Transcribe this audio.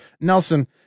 Nelson